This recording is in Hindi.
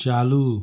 चालू